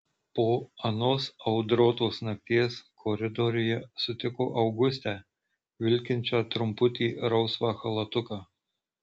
po anos audrotos nakties koridoriuje sutiko augustę vilkinčią trumputį rausvą chalatuką